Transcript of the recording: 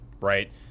right